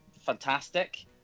fantastic